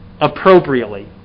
appropriately